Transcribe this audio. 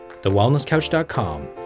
TheWellnessCouch.com